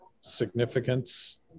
significance